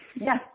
Yes